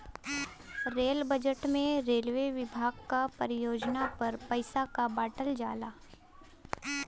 rail budget में railway विभाग क परियोजना पर पइसा क बांटल जाला